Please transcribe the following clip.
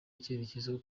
icyerekezo